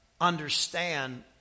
understand